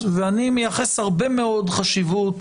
שאנחנו נאשרר את הסעיף הזה,